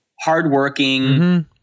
hard-working